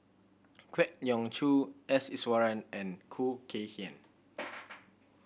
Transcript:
Kwek Leng Joo S Iswaran and Khoo Kay Hian